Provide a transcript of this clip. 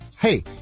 Hey